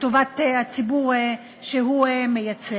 לטובת הציבור שהוא מייצג.